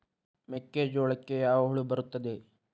ಮೆಕ್ಕೆಜೋಳಕ್ಕೆ ಯಾವ ಹುಳ ಬರುತ್ತದೆ?